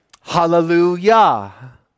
Hallelujah